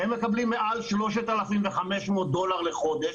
הם מקבלים מעל 3,500 דולר לחודש,